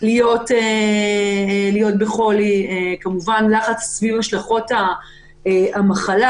להיות בחולי והלחץ סביב השלכות המחלה.